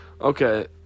Okay